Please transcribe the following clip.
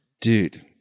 Dude